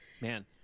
Man